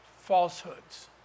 falsehoods